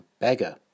beggar